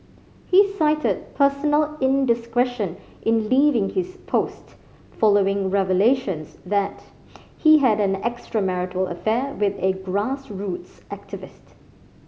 he cited personal indiscretion in leaving his post following revelations that he had an extramarital affair with a grassroots activist